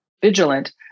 vigilant